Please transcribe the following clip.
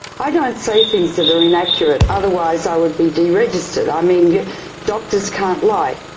i don't say things that are inaccurate otherwise i would be deregistered, i mean, yeah doctors can't lie.